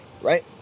Right